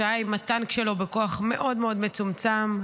כשהיה עם הטנק שלו בכוח מאוד מאוד מצומצם,